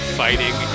fighting